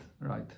right